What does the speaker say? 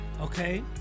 okay